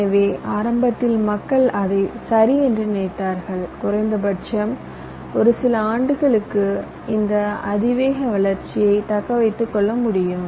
எனவே ஆரம்பத்தில் மக்கள் அதை சரி என்று நினைத்தார்கள் குறைந்தபட்சம் ஒரு சில ஆண்டுகளுக்கு இந்த அதிவேக வளர்ச்சியைத் தக்க வைத்துக் கொள்ள முடியும்